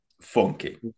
funky